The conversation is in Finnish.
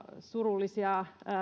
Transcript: surullisia